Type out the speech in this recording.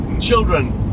Children